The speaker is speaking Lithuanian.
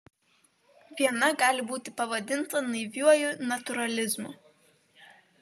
viena gali būti pavadinta naiviuoju natūralizmu